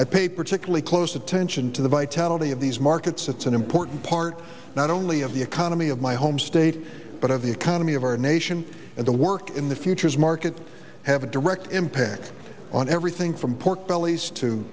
i pay particularly close attention to the vitality of these markets that's an important part not only of the economy of my home state but of the economy of our nation and the work in the futures market have a direct impact on everything from pork bellies to